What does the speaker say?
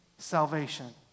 salvation